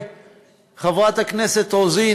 חברת הכנסת רוזין,